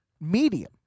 medium